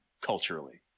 culturally